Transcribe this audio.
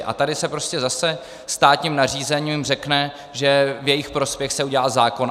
A tady se prostě zase státním nařízením řekne, že v jejich prospěch se udělá zákon.